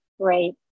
great